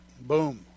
Boom